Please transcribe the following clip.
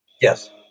Yes